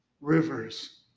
rivers